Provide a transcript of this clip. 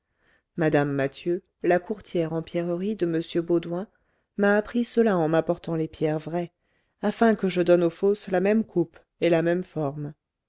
mme mathieu la courtière en pierreries de m baudoin m'a appris cela en m'apportant les pierres vraies afin que je donne aux fausses la même coupe et la même forme